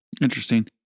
Interesting